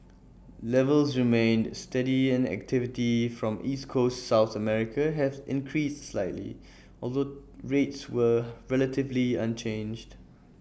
levels remained steady and activity from East Coast south America has increased slightly although rates were relatively unchanged